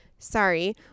Sorry